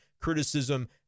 criticism